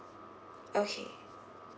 okay